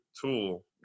tool